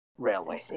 Railway